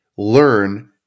learn